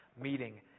meeting